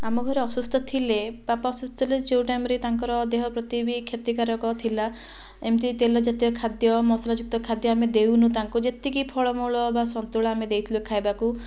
ଆମ ଘରେ ଅସୁସ୍ଥ ଥିଲେ ବାପା ଅସୁସ୍ଥ ଥିଲେ ଯେଉଁ ଟାଇମରେ ତାଙ୍କର ଦେହ ପ୍ରତି ବି କ୍ଷତିକାରକ ଥିଲା ଏମିତି ତେଲ ଜାତୀୟ ଖାଦ୍ୟ ମସଲା ଯୁକ୍ତ ଖାଦ୍ୟ ଆମେ ଦେଉନୁ ତାଙ୍କୁ ଯେତିକି ଫଳମୂଳ ବା ସନ୍ତୁଳା ଆମେ ଦେଇଥିଲୁ ଖାଇବାକୁ